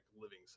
living